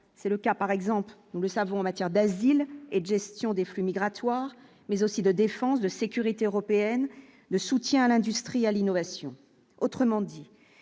c'est le cas, par exemple, nous le savons, en matière d'asile et de gestion des flux migratoires mais aussi de défense, de sécurité européenne de soutien à l'industrie, à l'innovation, autrement dit